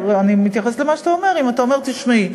אני מתייחסת למה שאתה אומר, אם אתה אומר: תשמעי,